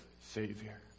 Savior